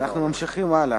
אנחנו ממשיכים הלאה.